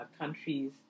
countries